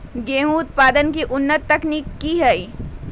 गेंहू उत्पादन की उन्नत तकनीक क्या है?